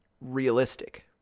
realistic